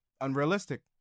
Unrealistic